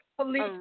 police